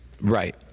Right